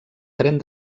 tren